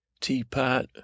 Teapot